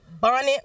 bonnet